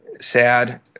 sad